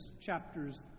chapters